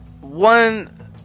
one